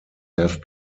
have